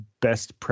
best